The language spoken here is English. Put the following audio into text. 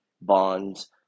bonds